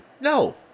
No